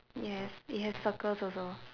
yes it has circles also